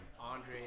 Andre